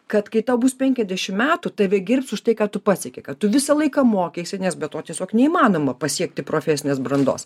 kad kai tau bus penkiasdešim metų tave gerbs už tai ką tu pasiekei kad tu visą laiką mokeisi nes be to tiesiog neįmanoma pasiekti profesinės brandos